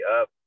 up